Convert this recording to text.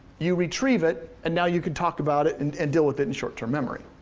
you retrieve it and now you can talk about it and and deal with it in short-term memory.